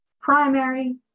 primary